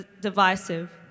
divisive